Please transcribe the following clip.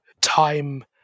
time